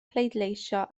pleidleisio